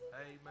Amen